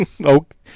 Okay